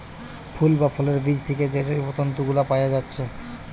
ফুল বা ফলের বীজ থিকে যে জৈব তন্তু গুলা পায়া যাচ্ছে